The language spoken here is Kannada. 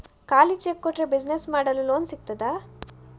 ಖಾಲಿ ಚೆಕ್ ಕೊಟ್ರೆ ಬಿಸಿನೆಸ್ ಮಾಡಲು ಲೋನ್ ಸಿಗ್ತದಾ?